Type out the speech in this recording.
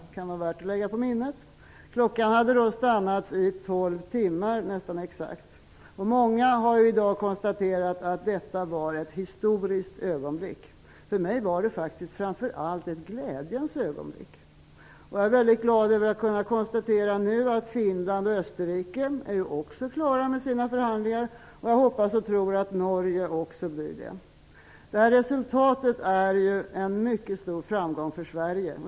Det kan vara värt att lägga på minnet. Klockan hade då stoppats nästan 12 timmar tidigare. Många har i dag konstaterat att detta var ett historiskt ögonblick. För mig var det framför allt ett glädjens ögonblick! Jag är glad över att jag nu kan konstatera att Finland och Österrike också är klara med sina förhandlingar. Jag hoppas och tror att också Norge blir det. Resultatet är en mycket stor framgång för Sverige.